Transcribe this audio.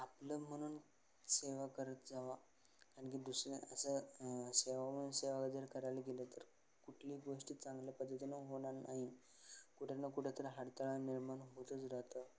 आपलं म्हणून सेवा करत जावा आणखी दुसरं असं सेवा म्हणून सेवा जर करायला गेलं तर कुठलीच गोष्टी चांगल्या पद्धतीनं होणार नाही कुठे ना कुठं तर अडथळा निर्माण होतच राहतं